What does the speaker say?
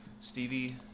Stevie